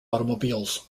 automobiles